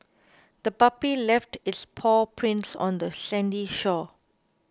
the puppy left its paw prints on the sandy shore